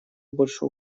больше